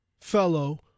fellow